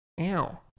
Ow